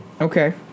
Okay